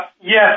Yes